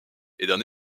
primaire